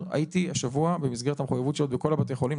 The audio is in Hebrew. הייתי השבוע במסגרת המחויבות שלי בכל בתי החולים,